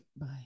bye